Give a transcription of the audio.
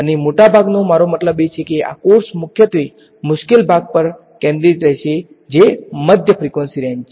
અને મોટા ભાગનો મારો મતલબ છે કે આ કોર્સ મુખ્યત્વે મુશ્કેલ ભાગ પર કેન્દ્રિત રહેશે જે મધ્ય ફ્રીકવંસી રેંજ છે